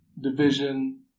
division